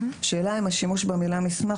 השאלה היא אם השימוש במילה מסמך,